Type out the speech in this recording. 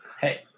hey